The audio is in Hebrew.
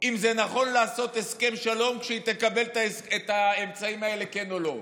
אם זה נכון לעשות הסכם שלום כשהיא תקבל את האמצעים האלה או לא.